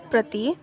प्रति